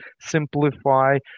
simplify